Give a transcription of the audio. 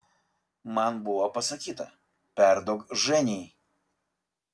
man buvo pasakyta perduok ženiai